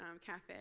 cafe